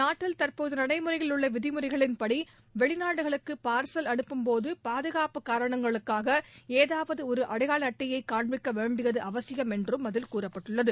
நாட்டில் தற்போது நடைமுறையில் உள்ள விதிமுறைகளின்படி வெளிநாடுகளுக்கு பார்சல் அனுப்பும்போது பாதுகாப்பு காரணங்களுக்காக ஏதாவது ஒரு அடையாள அட்டையை காண்பிக்க வேண்டியது அவசியம் என்றும் அதில் கூறப்பட்டுள்ளது